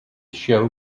show